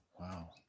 wow